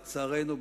לצערנו,